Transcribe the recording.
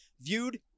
viewed